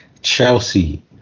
Chelsea